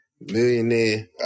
Millionaire